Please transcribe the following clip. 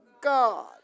God